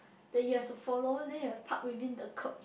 that you have to follow then you have to park within the curb